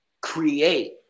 create